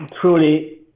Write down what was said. truly